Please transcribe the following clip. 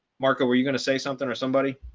marco, were you gonna say something or somebody?